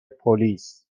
پلیس